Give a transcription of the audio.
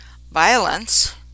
violence